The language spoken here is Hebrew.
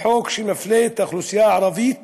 חוק שמפלה את האוכלוסייה הערבית